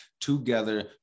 together